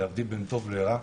להבדיל בין טוב לרע,